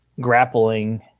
grappling